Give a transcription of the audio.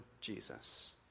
Jesus